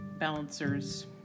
balancers